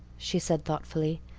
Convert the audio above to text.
she said thoughtfully,